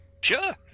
Sure